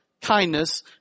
kindness